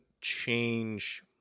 change